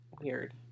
weird